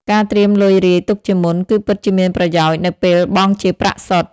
ការត្រៀមលុយរាយទុកជាមុន គឺពិតជាមានប្រយោជន៍នៅពេលបង់ជាប្រាក់សុទ្ធ។